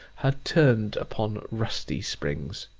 had turned upon rusty springs.